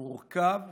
מורכב.